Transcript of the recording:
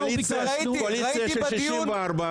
ראיתי בדיון